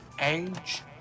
Age